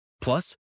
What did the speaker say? Plus